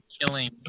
killing